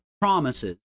promises